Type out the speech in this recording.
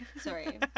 Sorry